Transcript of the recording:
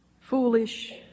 foolish